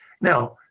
Now